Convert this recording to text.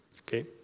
okay